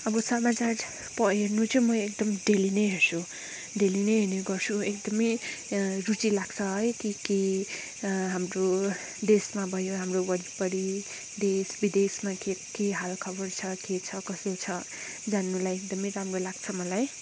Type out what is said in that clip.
अब समाचार प हेर्नु चाहिँ म एकदम डेली नै हेर्छु डेली नै हेर्ने गर्छु एकदमै रुची लाग्छ है के के हाम्रो देशमा भयो हाम्रो वरिपरि देश विदेशमा के के हालखबर छ के छ कसो छ जान्नुलाई एकदमै राम्रो लाग्छ मलाई